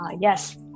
Yes